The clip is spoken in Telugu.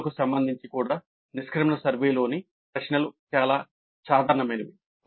CO లకు సంబంధించి కూడా నిష్క్రమణ సర్వేలోని ప్రశ్నలు చాలా సాధారణమైనవి